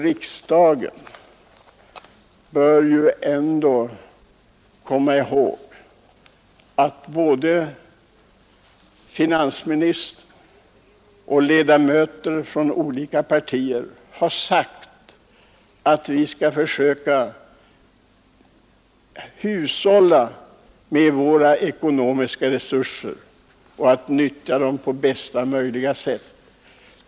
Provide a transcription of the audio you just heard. Riksdagen skall också komma ihåg att både finansministern och ledamöter från olika partier har förklarat att vi skall försöka hushålla med våra ekonomiska resurser och använda våra tillgångar på bästa möjliga sätt.